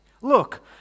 Look